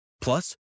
Plus